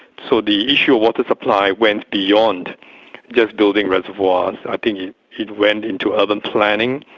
so the issue of water supply went beyond just building reservoirs. i think it went into urban planning,